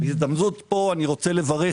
בהזדמנות זו אני רוצה לברך,